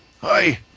Hi